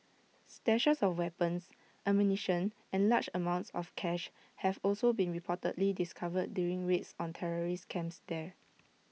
stashes of weapons ammunition and large amounts of cash have also been reportedly discovered during raids on terrorist camps there